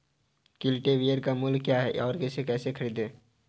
Cultivator का मूल्य क्या है और इसे कैसे खरीदें?